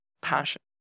passion